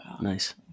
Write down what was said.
Nice